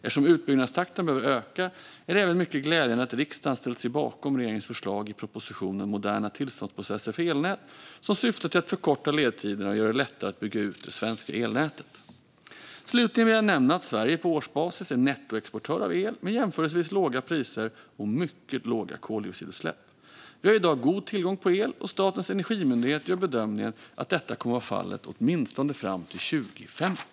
Eftersom utbyggnadstakten behöver öka är det även mycket glädjande att riksdagen ställt sig bakom regeringens förslag i propositionen Moderna tillståndsprocesser för elnät som syftar till att förkorta ledtiderna och göra det lättare att bygga ut det svenska elnätet. Slutligen vill jag nämna att Sverige på årsbasis är nettoexportör av el med jämförelsevis låga priser och mycket låga koldioxidutsläpp. Vi har i dag god tillgång på el och Statens energimyndighet gör bedömningen att detta kommer att vara fallet åtminstone fram till 2050.